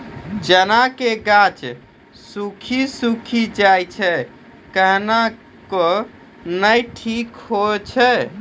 चना के गाछ सुखी सुखी जाए छै कहना को ना ठीक हो छै?